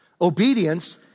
Obedience